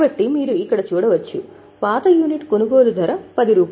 కాబట్టి మీరు ఇక్కడ చూడవచ్చు పాత యూనిట్ కొనుగోలు ధర రూ